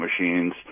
machines